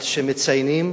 על שהם מציינים